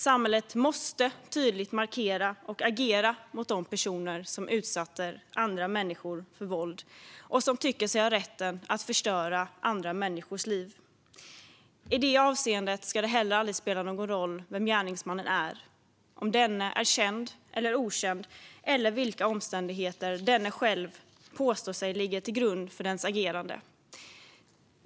Samhället måste tydligt markera och agera mot de personer som utsätter andra människor för våld och som tycker sig ha rätten att förstöra andra människors liv. I det avseendet ska det heller aldrig spela någon roll vem gärningsmannen är, om denne är känd eller okänd, eller vilka omständigheter denne själv påstår ligga till grund för sitt agerande.